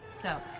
so.